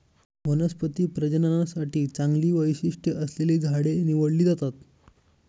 वनस्पती प्रजननासाठी चांगली वैशिष्ट्ये असलेली झाडे निवडली जातात